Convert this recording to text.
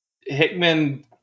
Hickman